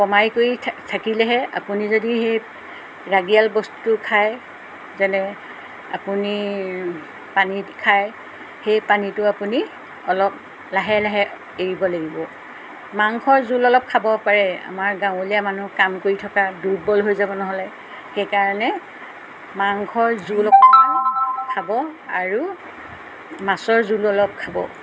কমাই কৰি থাকিলেহে আপুনি যদি সেই ৰাগিয়াল বস্তু খায় যেনে আপুনি পানী খায় সেই পানীটো আপুনি অলপ লাহে লাহে এৰিব লাগিব মাংসৰ জোল অলপ খাব পাৰে আমাৰ গাঁৱলীয়া মানুহ কাম কৰি থকা দুৰ্বল হৈ যাব নহ'লে সেইকাৰণে মাংসৰ জোল অকণমান খাব আৰু মাছৰ জোল অলপ খাব